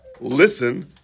listen